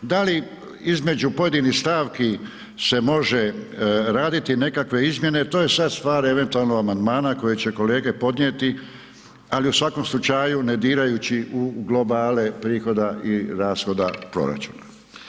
Da li između pojedinih stavki se može raditi nekakve izmjene, to je sad stvar eventualno amandmana koje će kolege podnijeti ali u svakom slučaju, ne dirajući u globale prihoda i rashoda proračuna.